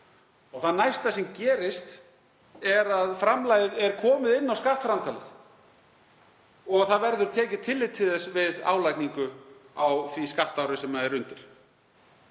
og það næsta sem gerist er að framlagið er komið inn á skattframtalið og það verður tekið tillit til þess við álagningu á því skattári sem er undir.